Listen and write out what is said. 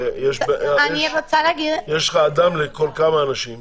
יש לך אדם לכל כמה אנשים?